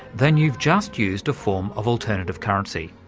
then you've just used a form of alternative currency.